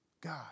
God